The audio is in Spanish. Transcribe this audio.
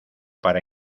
para